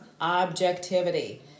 objectivity